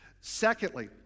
Secondly